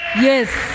yes